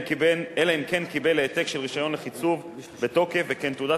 אלא אם כן קיבל העתק של רשיון לחיצוב בתוקף וכן תעודת